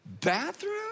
bathroom